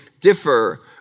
differ